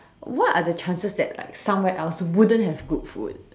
what are the chances that somewhere else wouldn't have good food